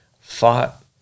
fought